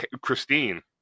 Christine